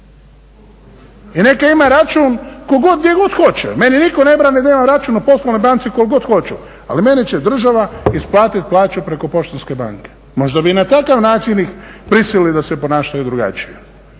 i neka ima račun gdje god hoće. Meni nitko ne brani da imam račun u poslovnoj banci koliko god hoću ali meni će država isplatiti plaću preko Poštanske banke, možda bi ih na takav način prisilili da se ponašaju drugačije.